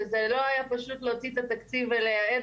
שזה לא היה פשוט להוציא את התקציב או ליעד